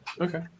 Okay